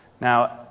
Now